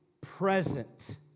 present